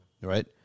right